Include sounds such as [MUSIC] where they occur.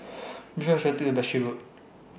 [NOISE] Which Bus should I Take to Berkshire Road